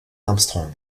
armstrong